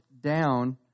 down